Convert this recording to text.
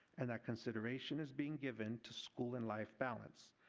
and that consideration is being given to school and life balance.